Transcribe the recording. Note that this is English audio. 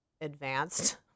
advanced